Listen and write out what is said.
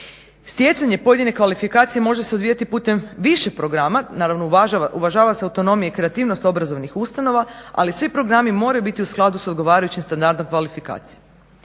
Stjecanje pojedine kvalifikacije može se odvijati putem više programa, naravno uvažava se autonomija i kreativnost obrazovnih ustanova, ali svi programi moraju biti u skladu sa odgovarajućim standardom kvalifikacije.